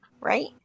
right